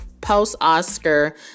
Post-Oscar